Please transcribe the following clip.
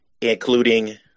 including